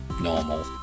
normal